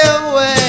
away